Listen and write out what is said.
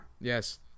Yes